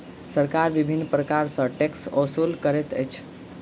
सरकार विभिन्न प्रकार सॅ टैक्स ओसूल करैत अछि